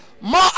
more